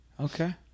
Okay